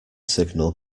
signal